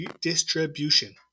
distribution